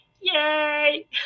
yay